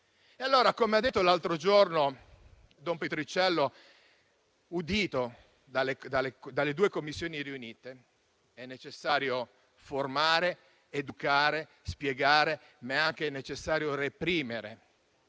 Come ha detto l'altro giorno don Patriciello, audito dalle due Commissioni riunite, è necessario formare, educare, spiegare, ma è anche necessario reprimere.